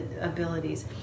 abilities